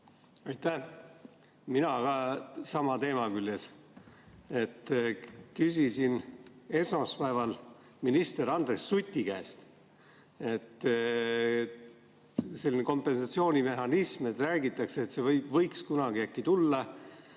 olen ka sama teema küljes. Küsisin esmaspäeval minister Andres Suti käest, et selline kompensatsioonimehhanism, räägitakse, võiks kunagi äkki tulla